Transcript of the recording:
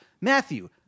Matthew